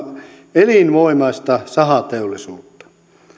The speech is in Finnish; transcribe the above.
elinvoimaista sahateollisuutta